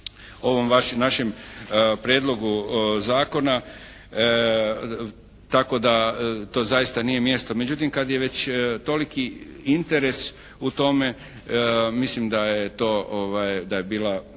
ovom našem prijedlogu zakona, tako da to zaista nije mjesto. Međutim kad je već toliki interes u tome, mislim da je bila